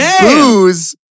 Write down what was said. Booze